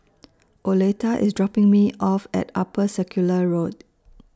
Oleta IS dropping Me off At Upper Circular Road